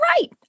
right